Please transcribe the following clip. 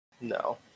No